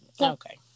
Okay